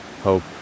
Hope